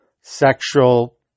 sexual